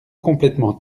complètement